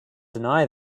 deny